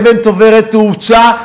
אבן צוברת תאוצה,